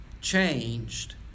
changed